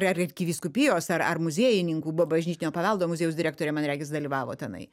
ar arkivyskupijos ar ar muziejininkų buvo bažnytinio paveldo muziejaus direktorė man regis dalyvavo tenai